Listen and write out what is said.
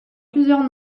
plusieurs